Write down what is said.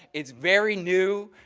it's very new.